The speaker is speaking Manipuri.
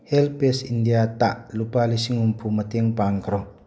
ꯍꯦꯜꯄꯦꯁ ꯏꯟꯗꯤꯌꯥꯗ ꯂꯨꯄꯥ ꯂꯤꯁꯤꯡ ꯍꯨꯝꯐꯨ ꯃꯇꯦꯡ ꯄꯥꯡꯈ꯭ꯔꯣ